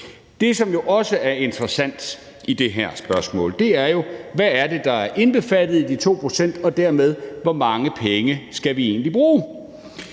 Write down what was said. Det, som jo også er interessant i det her spørgsmål, er, hvad der er indbefattet i de 2 pct., og dermed hvor mange penge vi egentlig skal